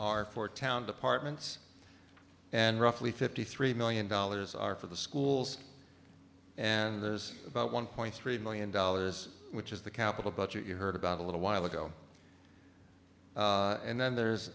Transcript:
are for town departments and roughly fifty three million dollars are for the schools and there's about one point three million dollars which is the capital budget you heard about a little while ago and then there's